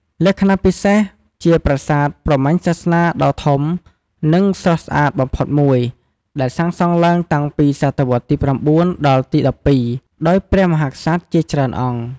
លក្ខណៈពិសេស ជាប្រាសាទព្រហ្មញ្ញសាសនាដ៏ធំ និងស្រស់ស្អាតបំផុតមួយ ដែលសាងសង់ឡើងតាំងពីសតវត្សទី ៩ ដល់ទី ១២ ដោយព្រះមហាក្សត្រជាច្រើនអង្គ។